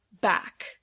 back